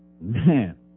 Man